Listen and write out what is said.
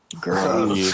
girl